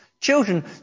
children